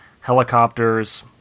helicopters